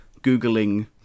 googling